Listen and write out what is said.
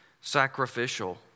Sacrificial